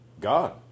God